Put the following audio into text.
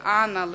לאנה,